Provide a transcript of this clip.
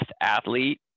athlete